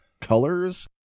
colors